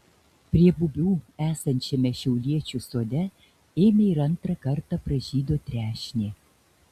prie bubių esančiame šiauliečių sode ėmė ir antrą kartą pražydo trešnė